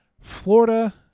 Florida